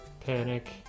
panic